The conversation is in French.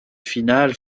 finale